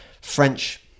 french